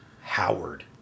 Howard